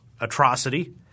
atrocity